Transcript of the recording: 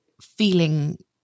feeling